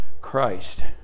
Christ